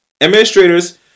administrators